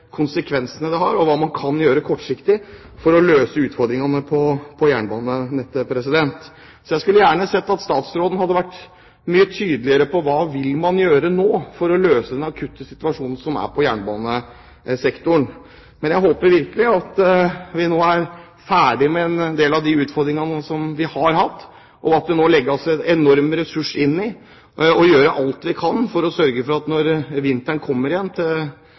konsekvensene, og hva man kan gjøre på kort sikt for å løse utfordringene på jernbanenettet. Så jeg skulle gjerne ha sett at statsråden var mye tydeligere på hva man vil gjøre nå for å løse den akutte situasjonen som er på jernbanesektoren. Men jeg håper virkelig at vi nå er ferdige med en del av utfordringene vi har hatt, og at det nå settes enorme ressurser inn på å gjøre alt man kan for å sørge for at når vinteren kommer igjen